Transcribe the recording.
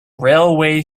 railway